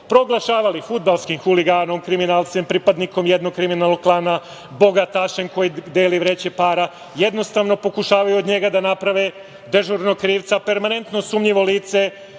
proglašavali fudbalskim huliganom, kriminalcem, pripadnikom jednog kriminalnog klana, bogatašem koji dele vreće para, jednostavno, pokušavaju od njega da naprave dežurnog krivca, permanentno sumnjivo lice